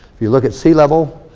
if you look at sea-level,